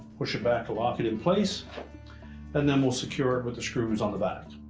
push it back to lock it in place and then we'll secure it with the screws on the back.